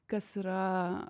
kas yra